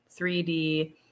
3D